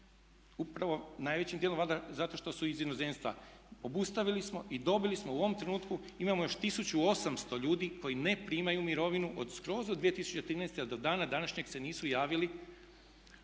Upravo najvećim djelom valjda zato što su iz inozemstva. Obustavili smo i dobili smo. U ovom trenutku imamo još 1800 ljudi koji ne primaju mirovinu od skroz 2013.do dana današnjeg se nisu javili,